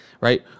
Right